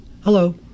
hello